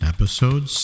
Episode